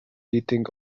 heating